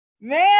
Man